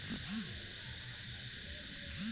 স্বল্প মেয়াদি বা দীর্ঘ মেয়াদি টাকা জমানোর কি কি উপায় আছে?